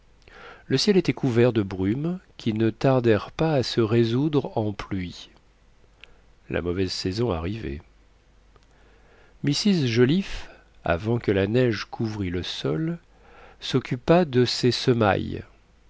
le ciel était couvert de brumes qui ne tardèrent pas à se résoudre en pluie la mauvaise saison arrivait mrs joliffe avant que la neige couvrît le sol s'occupa de ses semailles